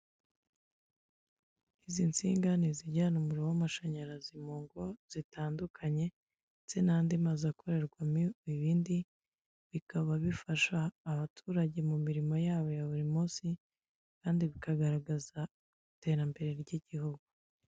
Izi nsinga ni izijyana umuriro w'amashanyarazi mu ngo zitandukanye, ndetse n'andi mazu akorerwamo ibindi, bikaba bifasha abaturage mumirimo yabo ya buri munsi, kandi bikagaragaza iterambere ry'igihugu.